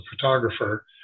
photographer